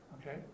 Okay